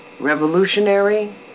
revolutionary